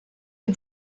had